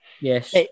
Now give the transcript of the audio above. Yes